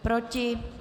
Proti?